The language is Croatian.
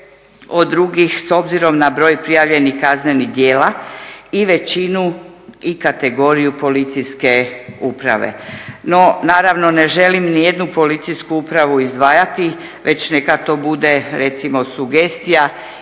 od drugih s obzirom na broj prijavljenih kaznenih djela i većinu i kategoriju policijske uprave. No, naravno ne želim ni jednu policijsku upravu izdvajati već neka to bude recimo sugestija